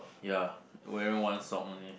ya wearing one sock only